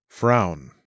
Frown